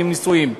והם נשואים.